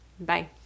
Bye